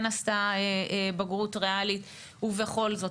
כן עשתה בגרות ריאלית ובכל זאת,